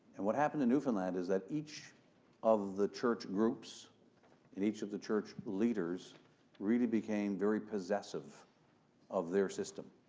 and what happened in newfoundland is that each of the church groups and each of the church leaders really became very possessive of their system.